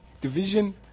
division